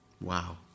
Wow